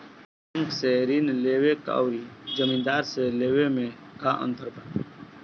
Bank से ऋण लेवे अउर जमींदार से लेवे मे का अंतर बा?